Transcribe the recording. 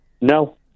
No